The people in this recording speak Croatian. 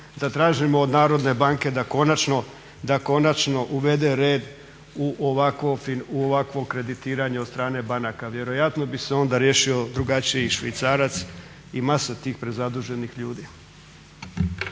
da tražimo od Narodne banke da konačno uvede red u ovakvo kreditiranje od strane banaka. Vjerojatno bi se onda riješio drugačiji švicarac i masa tih prezaduženih ljudi.